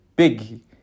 big